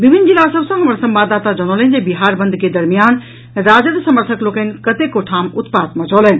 विभिन्न जिला सभ सँ हमर संवाददाता जनौलनि जे बिहार बंद के दरमियान राजद समर्थक लोकनि कतेको ठाम उत्पाद मचौलनि